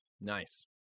nice